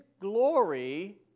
glory